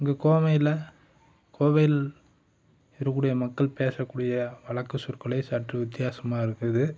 இங்கே கோவையில் கோவையில் இருக்கக்கூடிய மக்கள் பேசக்கூடிய வழக்குச்சொற்களை சற்று வித்தியாசமாக இருக்குது